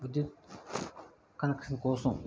విద్యుత్ కనెక్షన్ కోసం